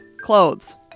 clothes